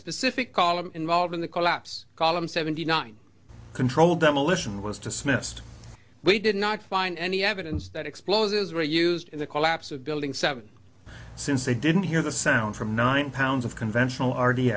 specific column involving the collapse column seventy nine controlled demolition was dismissed we did not find any evidence that explosives were used in the collapse of building seven since they didn't hear the sound from nine pounds of conventional